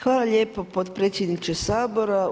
Hvala lijepo potpredsjedniče Sabora.